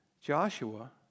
Joshua